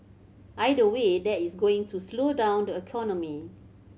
either way that is going to slow down the economy